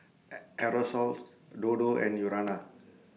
Aerosoles Dodo and Urana